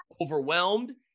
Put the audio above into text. overwhelmed